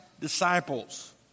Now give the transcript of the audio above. disciples